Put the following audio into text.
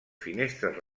finestres